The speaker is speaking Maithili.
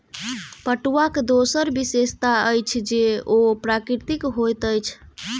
पटुआक दोसर विशेषता अछि जे ओ प्राकृतिक होइत अछि